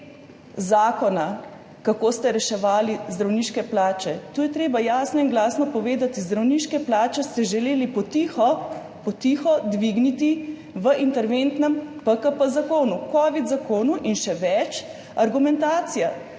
zakona, kako ste reševali zdravniške plače. Tu je treba jasno in glasno povedati, zdravniške plače ste želeli po tiho, po tiho dvigniti v interventnem zakonu PKP, kovidnem zakonu. In še več, argumentacija,